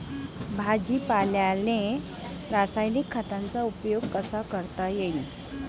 भाजीपाल्याले रासायनिक खतांचा उपयोग कसा करता येईन?